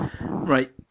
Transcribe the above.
Right